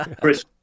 Chris